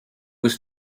was